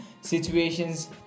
situations